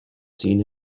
seen